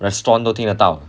restaurant 都听得到的